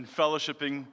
fellowshipping